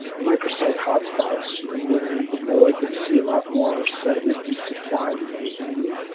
micro-site hot spots, where you would more likely to see a lot more sediment be supplied to the wind,